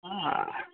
हँ हँ